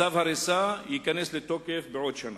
צו הריסה ייכנס לתוקף בעוד שנה.